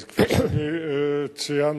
אז כפי שאני ציינתי,